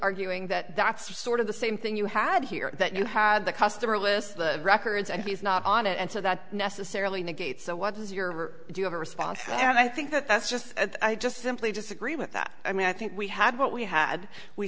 arguing that that's sort of the same thing you had here that you had the customer list the records and he's not on it and so that necessarily negates what was your do you have a response and i think that that's just i just simply disagree with that i mean i think we had what we had we